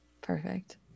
Perfect